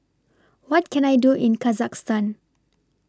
What Can I Do in Kazakhstan